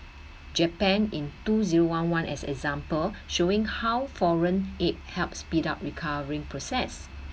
japan in two zero one one as example showing how foreign aid help speed up recovering process